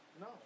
No